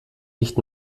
nicht